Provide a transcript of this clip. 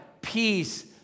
peace